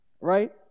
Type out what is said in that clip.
right